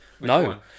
no